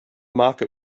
market